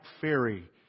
fairy